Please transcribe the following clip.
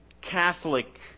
Catholic